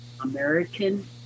American